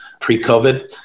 pre-COVID